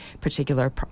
particular